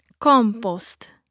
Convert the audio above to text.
Compost